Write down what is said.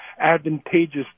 advantageous